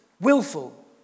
Willful